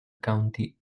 county